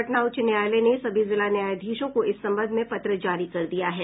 पटना उच्च न्यायालय ने सभी जिला न्यायाधीशों को इस संबंध में पत्र जारी कर दिया है